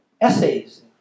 essays